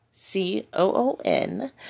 C-O-O-N